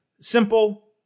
Simple